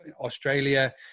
Australia